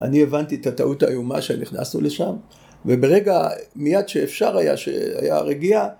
אני הבנתי את הטעות האיומה כשנכנסו לשם וברגע, מיד שאפשר היה, שהיה רגיעה